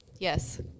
Yes